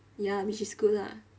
ya which is good lah